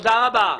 תודה רבה.